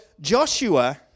Joshua